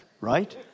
right